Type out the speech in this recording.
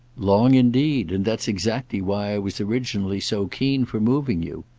long indeed and that's exactly why i was originally so keen for moving you.